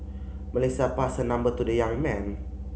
Melissa passed her number to the young man